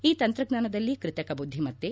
ಈ ತಂತ್ರಜ್ಞಾನದಲ್ಲಿ ಕೃತಕ ಬುದ್ಧಿಮತ್ತೆ